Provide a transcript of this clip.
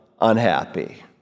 unhappy